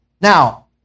Now